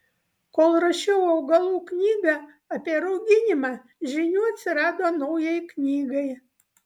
kol rašiau augalų knygą apie rauginimą žinių atsirado naujai knygai